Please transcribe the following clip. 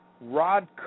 Rod